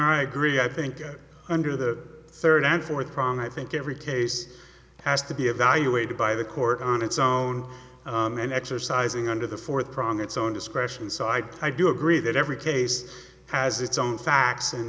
i agree i think that under the third and fourth round i think every case has to be evaluated by the court on its own and exercising under the fourth prong it's own discretion side i do agree that every case has its own fa